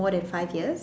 more than five years